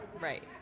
Right